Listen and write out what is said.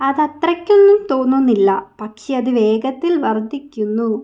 അത് അത്രയ്ക്കൊന്നും തോന്നുന്നില്ല പക്ഷേ അത് വേഗത്തിൽ വർദ്ധിക്കുന്നു